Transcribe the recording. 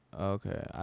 Okay